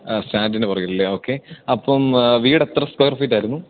ആ സ്റ്റാൻഡിന് പുറകിലല്ലേ ഓക്കേ അപ്പോള് വീട് എത്ര സ്ക്വയർ ഫീറ്റായിരുന്നു